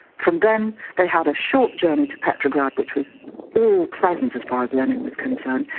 from then they had a short journey to petrograd which was all pleasant as far as lenin was concerned,